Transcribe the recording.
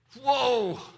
Whoa